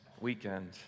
weekend